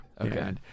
Okay